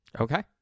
Okay